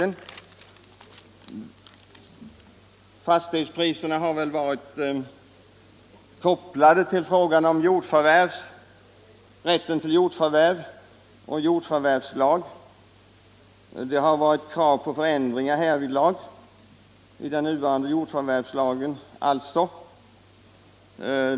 De stigande fastighetspriserna har kopplats till frågan om rätten till jordförvärv och till jordförvärvslagen. Det har ställts krav på förändringar i densamma.